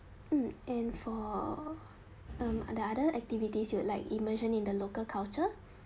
mm and for um the other activities you would like immersion in the local culture